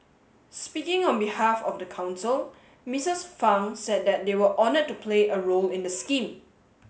speaking on behalf of the council Mrs Fang said that they were honoured to play a role in the scheme